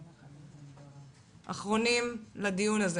אחרונים לדיון הזה